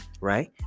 right